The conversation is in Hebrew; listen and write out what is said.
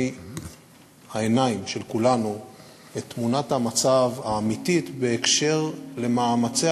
העיניים של כולנו את תמונת המצב האמיתית בהקשר למאמציה